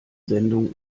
sendung